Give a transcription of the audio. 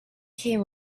came